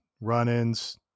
run-ins